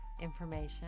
information